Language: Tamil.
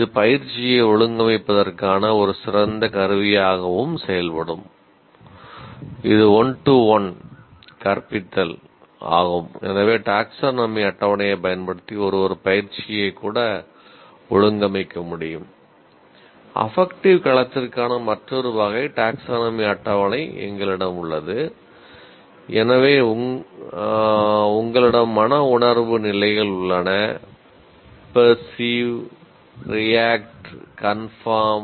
இது பயிற்சியை ஒழுங்கமைப்பதற்கான ஒரு சிறந்த கருவியாகவும் செயல்படும் இது ஒன் டு ஒன் அட்டவணையைப் பயன்படுத்தி ஒருவர் பயிற்சியை கூட ஒழுங்கமைக்க முடியும்